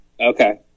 Okay